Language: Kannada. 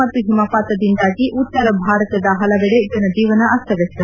ಭಾರಿ ಮಳೆ ಮತ್ತು ಹಿಮಪಾತದಿಂದಾಗಿ ಉತ್ತರ ಭಾರತದ ಹಲವೆಡೆ ಜನಜೀವನ ಅಸ್ತವಸ್ತ